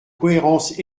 cohérence